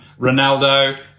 Ronaldo